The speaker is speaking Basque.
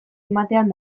ematean